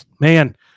man